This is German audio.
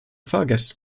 fahrgäste